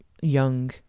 young